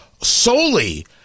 solely